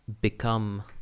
become